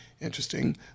Interesting